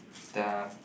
the